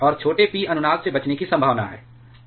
और छोटे p अनुनाद से बचने की संभावना है